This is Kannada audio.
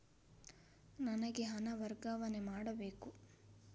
ನನಗೆ ಹಣ ವರ್ಗಾವಣೆ ಮಾಡಬೇಕು